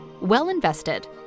well-invested